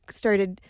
started